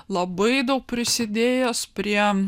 labai daug prisidėjęs prie